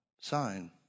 sign